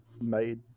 made